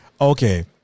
Okay